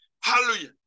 hallelujah